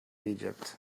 egypt